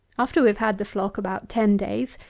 after we have had the flock about ten days,